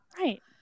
Right